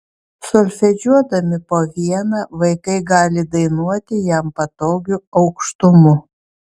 solfedžiuodami po vieną vaikai gali dainuoti jam patogiu aukštumu